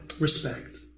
respect